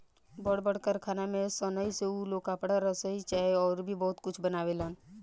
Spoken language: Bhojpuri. बड़ बड़ कारखाना में सनइ से उ लोग कपड़ा, रसरी चाहे अउर भी बहुते कुछ बनावेलन